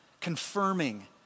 confirming